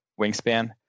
wingspan